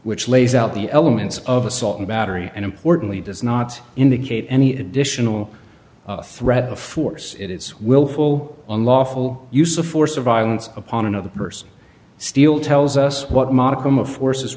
which lays out the elements of assault and battery and importantly does not indicate any additional threat of force it is willful unlawful use of force or violence upon another person still tells us what modicum of force